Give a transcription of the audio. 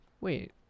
Wait